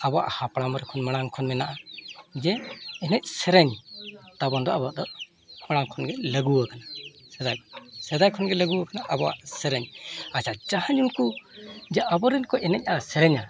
ᱟᱵᱚᱣᱟᱜ ᱦᱟᱯᱲᱟᱢ ᱠᱷᱚᱱ ᱢᱟᱲᱟᱝ ᱠᱷᱚᱱ ᱢᱮᱱᱟᱜᱼᱟ ᱡᱮ ᱮᱱᱮᱡᱼᱥᱮᱨᱮᱧ ᱛᱟᱵᱚᱱ ᱫᱚ ᱟᱵᱚᱣᱟᱜ ᱢᱟᱲᱟᱝ ᱠᱷᱚᱱᱜᱮ ᱞᱟᱹᱜᱩ ᱟᱠᱟᱱᱟ ᱥᱮᱫᱟᱭ ᱠᱷᱚᱱ ᱜᱮ ᱞᱟᱹᱜᱩ ᱟᱠᱟᱱᱟ ᱟᱵᱚᱣᱟᱜ ᱥᱮᱨᱮᱧ ᱟᱪᱪᱷᱟ ᱡᱟᱦᱟᱸᱭ ᱩᱱᱠᱩ ᱡᱮ ᱟᱵᱚᱨᱮᱱ ᱠᱚ ᱮᱱᱮᱡᱼᱟ ᱥᱮᱨᱮᱧᱟ